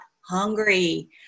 hungry